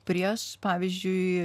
prieš pavyzdžiui